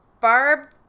barb